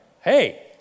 Hey